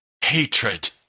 hatred